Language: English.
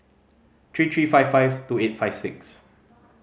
three three five five two eight five six